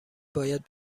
باید